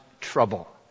trouble